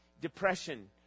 depression